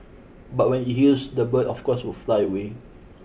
but when it heals the bird of course would fly away